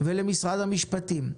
ולמשרד המשפטים,